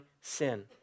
sin